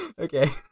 Okay